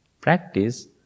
practice